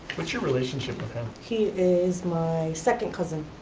what's your relationship with him. he is my second cousin.